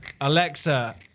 Alexa